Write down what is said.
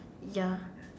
ya